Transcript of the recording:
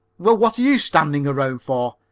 well, what are you standing around for?